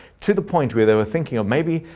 to the point where they were thinking of maybe,